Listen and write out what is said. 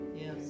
yes